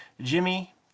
Jimmy